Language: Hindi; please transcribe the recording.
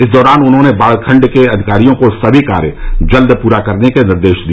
इस दौरान उन्होंने बाढ़ खंड के अधिकारियों को सभी कार्य जल्द पूर्ण कराने का निर्देश दिया